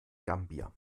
gambia